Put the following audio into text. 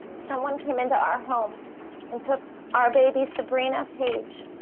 someone came into our home and took our baby, sabrina paige,